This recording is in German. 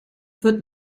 wird